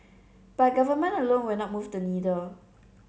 but government alone will not move the needle